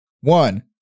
One